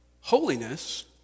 holiness